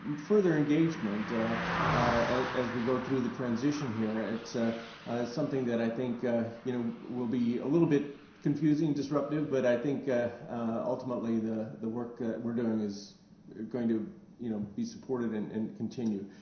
um further engagement as as we go through the transition here. it's ah something that i think we you know will be a little bit confusing, disruptive, but i think ultimately, the the work we are doing is going to you know be supported and and continue.